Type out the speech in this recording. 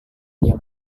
dia